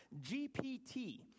GPT